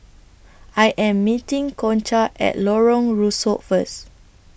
I Am meeting Concha At Lorong Rusuk First